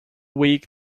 weak